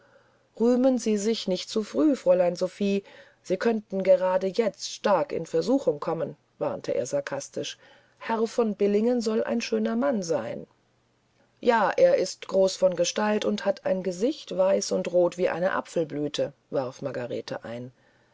rühmen sie sich nicht zu früh fräulein sophie sie könnten gerade jetzt stark in versuchung kommen warnte er sarkastisch herr von billingen soll ein schöner mann sein ja er ist groß von gestalt und hat ein gesicht weiß und rot wie eine apfelblüte warf margarete ein